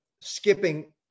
skipping